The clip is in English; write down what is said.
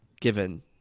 given